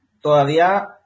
Todavía